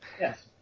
Yes